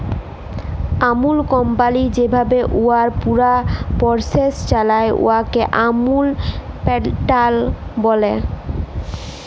আমূল company যেভাবে উয়ার পুরা পরসেস চালায়, উয়াকে আমূল প্যাটার্ল ব্যলে